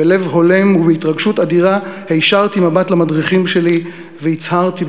בלב הולם ובהתרגשות אדירה הישרתי מבט למדריכים שלי והצהרתי בגאווה: